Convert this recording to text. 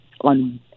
on